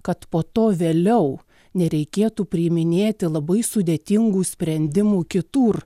kad po to vėliau nereikėtų priiminėti labai sudėtingų sprendimų kitur